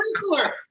sprinkler